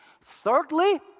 Thirdly